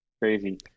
crazy